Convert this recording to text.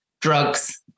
drugs